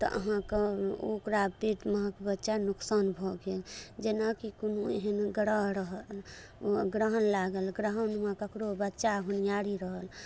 तऽ अहाँके ओकरा पेट महक बच्चा नुकसान भऽ गेल जेना कि कोनो एहन ग्रह रहल ग्रहण लागल ग्रहणमे ककरो बच्चा होनहारी रहल